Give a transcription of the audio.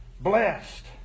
Blessed